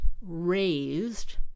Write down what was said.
raised